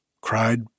cried